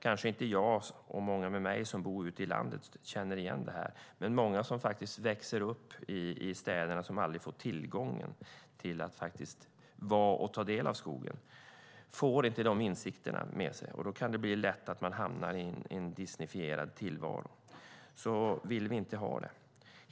Kanske känner inte jag och många med mig som bor ute i landet igen det här, men många som växer upp i städerna och aldrig får tillgång till och aldrig får ta del av skogen. De får inte samma insikt med sig, och då kan det lätt bli man hamnar i en disneyfierad tillvaro. Så vill vi inte ha det.